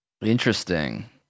interesting